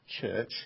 church